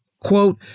Quote